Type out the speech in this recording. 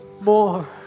more